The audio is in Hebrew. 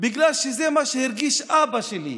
בגלל שזה מה שהרגיש אבא שלי,